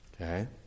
Okay